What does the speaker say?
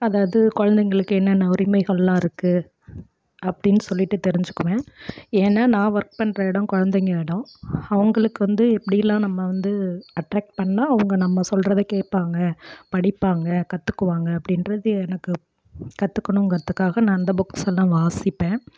அதாவது குழந்தைங்களுக்கு என்னென்ன உரிமைகளெலாம் இருக்குது அப்படினு சொல்லிகிட்டு தெரிஞ்சுக்குவேன் ஏன்னால் நான் ஒர்க் பண்ணுற இடோம் குழந்தைங்க இடம் அவங்களுக்கு வந்து எப்படிலாம் நம்ம வந்து அட்ராக்ட் பண்ணால் அவங்க நம்ம சொல்கிறத கேட்பாங்க படிப்பாங்க கற்றுக்குவாங்க அப்படின்றது எனக்கு கற்றுக்கணுங்குறதுக்காக நான் அந்த புக்ஸ்ஸெல்லாம் வாசிப்பேன்